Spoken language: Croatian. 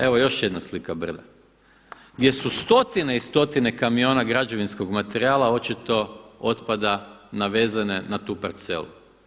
Evo još jedna slika brda gdje su stotine i stotine kamiona građevinskog materijala očito otpada navezene na tu parcelu.